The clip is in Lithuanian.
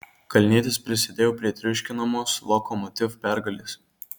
kalnietis prisidėjo prie triuškinamos lokomotiv pergalės